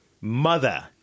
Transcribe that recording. Mother